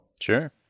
Sure